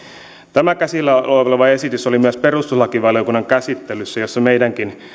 tämä käsillä oleva esitys oli myös perustuslakivaliokunnan käsittelyssä jossa meidänkin